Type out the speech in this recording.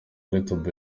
little